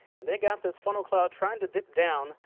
and they got this funnel cloud trying to get down.